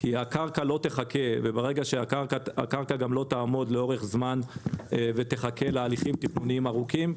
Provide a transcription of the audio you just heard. כי הקרקע לא תעמוד לאורך זמן ותחכה להליכים תיקוניים ארוכים.